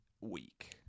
week